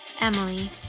Emily